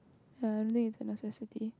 finally is a necessity